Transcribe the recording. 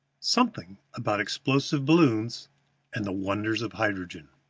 something about explosive balloons and the wonders of hydrogen